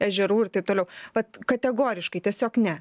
ežerų ir taip toliau vat kategoriškai tiesiog ne